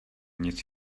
nic